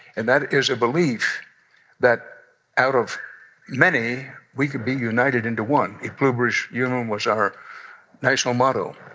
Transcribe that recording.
and that is a belief that out of many we can be united into one e pluribus unum was our national motto,